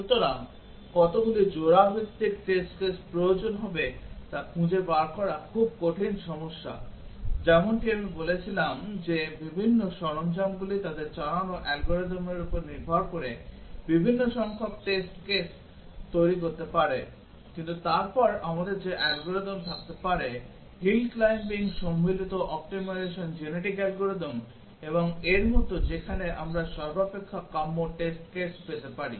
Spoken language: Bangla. সুতরাং কতগুলি জোড়া ভিত্তিক টেস্ট কেস প্রয়োজন হবে তা খুঁজে বের করা খুব কঠিন সমস্যা যেমনটি আমি বলেছিলাম যে বিভিন্ন সরঞ্জামগুলি তাদের চালানো অ্যালগরিদমের উপর নির্ভর করে বিভিন্ন সংখ্যক টেস্ট কেস তৈরি করতে পারে কিন্তু তারপর আমাদের যে অ্যালগরিদম থাকতে পারে hill climbing সম্মিলিত অপ্টিমাইজেশন জেনেটিক অ্যালগরিদম এবং এর মতো যেখানে আমরা সর্বাপেক্ষা কাম্য টেস্ট কেস পেতে পারি